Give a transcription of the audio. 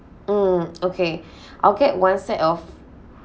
mm okay I'll get one set of